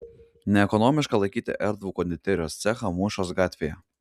neekonomiška laikyti erdvų konditerijos cechą mūšos gatvėje